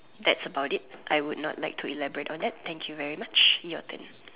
that's about it I would not like to elaborate on that thank you very much your turn